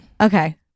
Okay